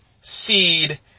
Seed